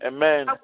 Amen